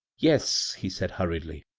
yes, he said hurriedly,